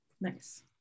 Nice